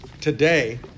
today